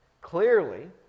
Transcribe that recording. clearly